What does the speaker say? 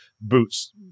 boots